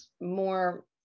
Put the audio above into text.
more